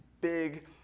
big